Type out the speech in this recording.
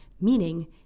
meaning